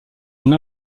une